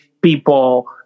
people